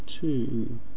two